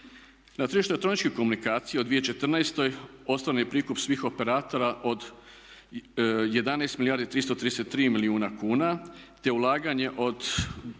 Na tržištu elektroničkih komunikacija u 2014.osnovni prikup svih operatera od 11 milijardi 333 milijuna kuna te ulaganje od